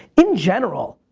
in general.